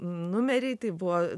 numeriai tai buvo